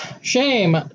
Shame